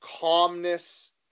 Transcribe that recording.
calmness